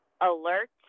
alert